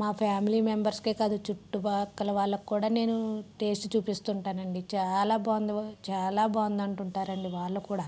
మా ఫ్యామిలీ మెంబర్స్కే కాదు చుట్టుపక్కల వాళ్ళకి కూడా నేను టేస్ట్ చూపిస్తుంటాణు అండి చాలా బాగుంది చాలా బాగుంది అంటుంటారు అండి వాళ్ళు కూడా